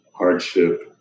hardship